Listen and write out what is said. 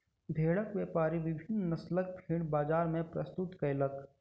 भेड़क व्यापारी विभिन्न नस्लक भेड़ बजार मे प्रस्तुत कयलक